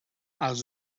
els